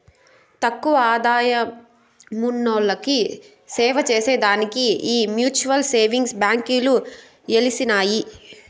తక్కువ ఆదాయమున్నోల్లకి సేవచేసే దానికే ఈ మ్యూచువల్ సేవింగ్స్ బాంకీలు ఎలిసినాయి